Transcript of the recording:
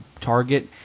target